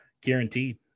guaranteed